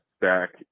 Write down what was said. back